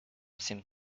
seemed